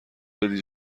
دادی